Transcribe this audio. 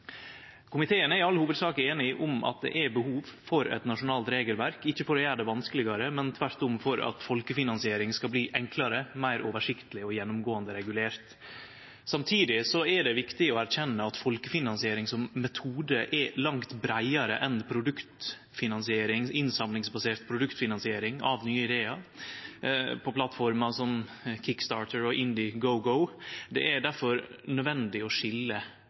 Komiteen er i all hovudsak einig om at det er behov for eit nasjonalt regelverk, ikkje for å gjere det vanskelegare, men tvert om for at folkefinansiering skal bli enklare, meir oversiktleg og gjennomgåande regulert. Samtidig er det viktig å erkjenne at folkefinansiering som metode er langt breiare enn innsamlingsbasert produktfinansiering av nye idear på plattformer som Kickstarter og Indiegogo. Det er difor nødvendig å skilje